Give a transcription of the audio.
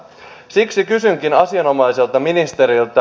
siksi kysynkin asianomaiselta ministeriltä